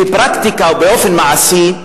בפרקטיקה ובאופן מעשי,